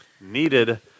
needed